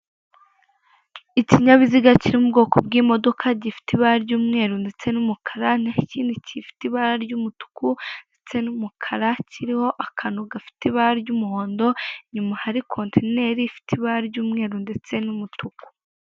Ikinyabiziga kiri mu bwoko bw'imidoka gifite ibara ry'umweru ndetse n'umukara naho ikindi gifite ibara ry'umutuku ndetse n'umukara kiriho akantu gafite ibara ry'umuhondo inyuma hari kontineri ifite ibara ry'umweru ndetse n'umutuku.